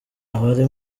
abari